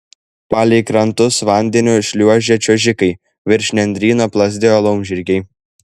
palei krantus vandeniu šliuožė čiuožikai virš nendryno plazdėjo laumžirgiai